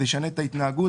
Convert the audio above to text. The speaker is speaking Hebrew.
זה ישנה את ההתנהגות,